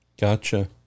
Gotcha